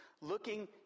looking